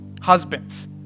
Husbands